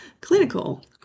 clinical